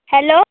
hello